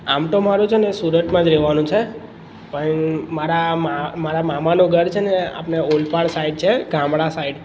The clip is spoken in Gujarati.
આમ તો મારું છેને સુરતમાં જ રેવાનું છે પણ મારા મારા મામાનું ઘર છે ને આપણે ઓલતાણ સાઈડ છે ગામડા સાઈડ